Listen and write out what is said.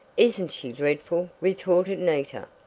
isn't she dreadful! retorted nita,